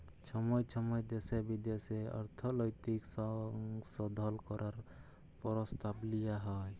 ছময় ছময় দ্যাশে বিদ্যাশে অর্থলৈতিক সংশধল ক্যরার পরসতাব লিয়া হ্যয়